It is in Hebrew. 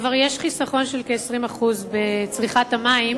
שכבר יש חיסכון של 20% בצריכת המים,